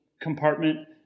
compartment